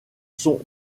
sont